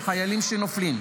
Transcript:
של חיילים שנופלים,